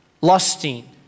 lusting